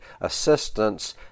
assistance